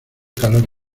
calor